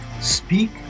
speak